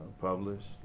published